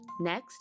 Next